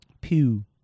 Pew